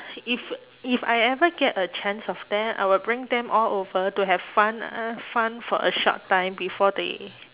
if if I ever get a chance of that I will bring them all over to have fun uh fun for a short time before they